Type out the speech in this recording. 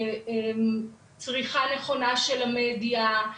של צריכה נכונה של המדיה,